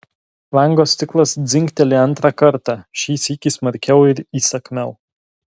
lango stiklas dzingteli antrą kartą šį sykį smarkiau ir įsakmiau